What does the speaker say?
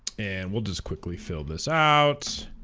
and we'll just quickly fill this out